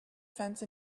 fence